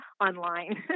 online